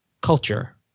culture